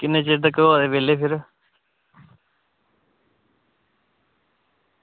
किन्ने चिर तगर होऐ दे बेह्ले फिर